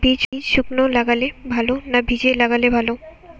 বীজ শুকনো লাগালে ভালো না ভিজিয়ে লাগালে ভালো?